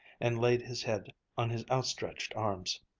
and laid his head on his outstretched arms.